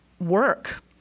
work